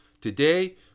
Today